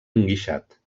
enguixat